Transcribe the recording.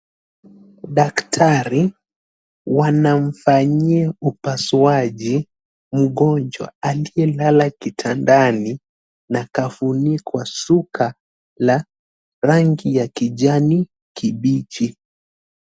Daktari, wanamfanyia upasuaji mgonjwa aliyelala kitandani, na akafunikwa shuka la rangi ya kijani kibichi.